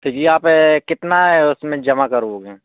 त जी आप कितना उसमें जमा करोगे